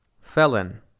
Felon